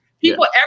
People